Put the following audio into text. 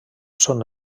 són